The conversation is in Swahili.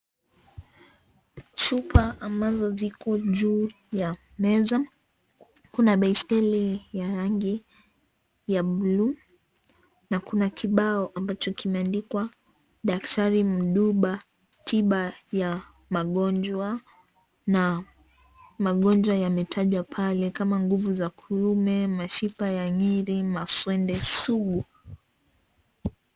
Chupa ambazo ziko juu ya meza, kuna baiskeli ya rangi ya bue na kuna kibao ambacho kimeandikwa, Daktari Mduba, tiba ya magonjwa na magonjwa yametajwa pale kama nguvu za kiume, mashiba ya nyiri, maswende sugu.